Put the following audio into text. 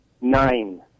Nine